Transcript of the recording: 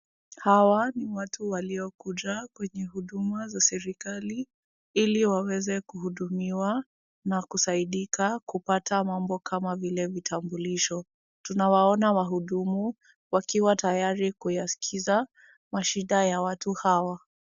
Hawa ni watu waliokuja kwenye huduma za serikali ili waweze kuhudumiwa na kusaidika kupata mambo kama vile vitambulisho. Tunawaona wahudumu wakiwa tayari kuyasikiza shida za watu hawa.